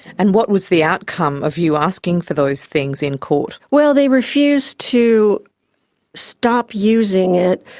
and what was the outcome of you asking for those things in court? well, they refused to stop using it.